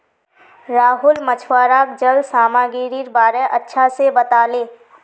राहुल मछुवाराक जल सामागीरीर बारे अच्छा से बताले